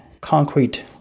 concrete